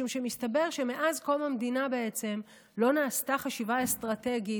משום שמסתבר שמאז קום המדינה בעצם לא נעשו חשיבה אסטרטגית